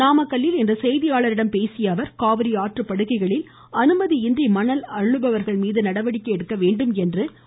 நாமக்கல்லில் இன்று செய்தியாளர்களிடம் பேசிய அவர் காவிரி ஆற்று படுகைகளில் அனுமதியின்றி மணல் அள்ளுபவர்கள் மீது நடவடிக்கை எடுக்க வேண்டும் என்றும் வலியுறுத்தினார்